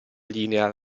linea